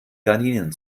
gardinen